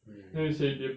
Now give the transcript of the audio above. mm